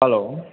hello